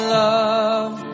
love